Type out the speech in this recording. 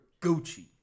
Gucci